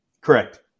Correct